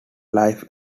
life